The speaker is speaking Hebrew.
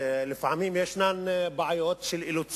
לפעמים יש אילוצים